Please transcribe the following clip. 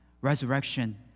resurrection